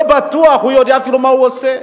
שהוא אפילו יודע מה הוא עושה.